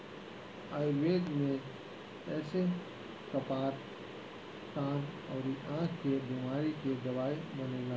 आयुर्वेद में एसे कपार, कान अउरी आंख के बेमारी के दवाई बनेला